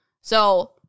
So-